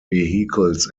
vehicles